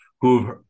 who've